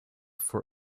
for